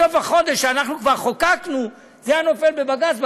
בסוף החודש, כשכבר חוקקנו, זה היה נופל בבג"ץ.